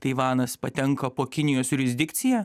taivanas patenka po kinijos jurisdikcija